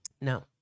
No